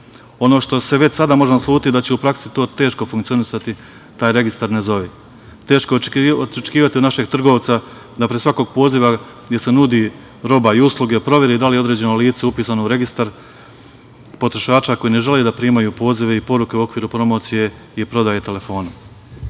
što se već sada može naslutiti da će u praksi to teško funkconisati taj registar – ne zovi. Teško je očekivati od našeg trgovca da pre svakog poziva gde se nudi roba i usluge, proveri da li određeno lice upisano u registar potrošača koji ne žele da primaju prozive i poruke u okviru promocije i prodaje telefonom. Kod